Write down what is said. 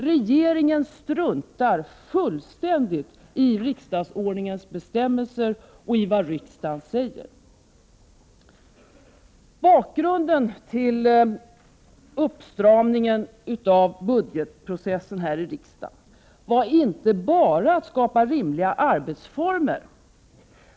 Regeringen struntar fullständigt i riksdagsordningens bestämmelser och i vad riksdagen uttalar. Bakgrunden till uppstramningen av budgetprocessen i riksdagen var inte bara att skapa rimliga arbetsformer.